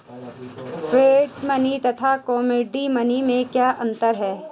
Fiat money तथा commodity money में क्या अंतर है?